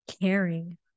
caring